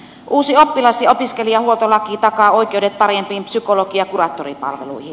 uusi oppilas ja opiskelijahuoltolaki takaa oikeudet parempiin psykologi ja kuraattoripalveluihin